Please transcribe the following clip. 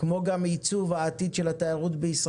כמו גם בעיצוב העתיד של התיירות במדינת